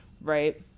right